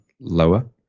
lower